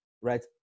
right